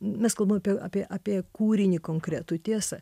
mes kalbam apie apie apie kūrinį konkretų tiesa